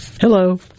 Hello